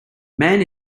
man